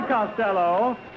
Costello